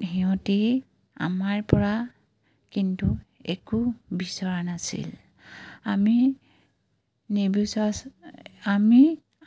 সিহঁতি আমাৰপৰা কিন্তু একো বিচৰা নাছিল আমি নিবিচৰা আমি